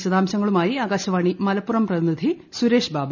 വിശദാംശങ്ങളുമായി ആകാശവാണി മലപ്പുറം പ്രതിനിധി സുരേഷ് ബാബു